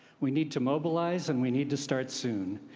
we need to mobileize and we need to start soon.